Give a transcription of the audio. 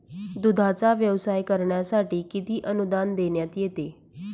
दूधाचा व्यवसाय करण्यासाठी किती अनुदान देण्यात येते?